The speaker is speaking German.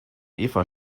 eva